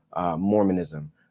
Mormonism